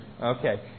Okay